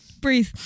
Breathe